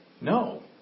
No